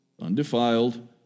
undefiled